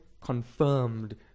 confirmed